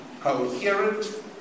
coherent